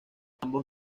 ambos